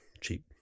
cheap